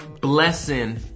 blessing